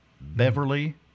Beverly